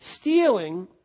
Stealing